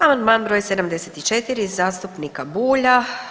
Amandman broj 74. zastupnika Bulja.